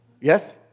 Yes